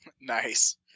Nice